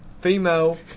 female